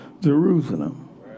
Jerusalem